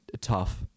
tough